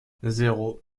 zéro